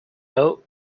note